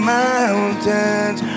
mountains